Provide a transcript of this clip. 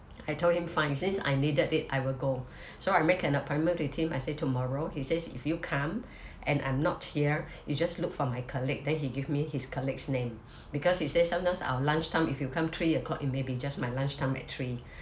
I told him fine since I needed it I will go so I make an appointment with him I say tomorrow he says if you come and I'm not here you just look for my colleague then he give me his colleague's name because he say sometimes our lunchtime if you come three o'clock it may be just my lunchtime at three